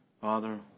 Father